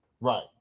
right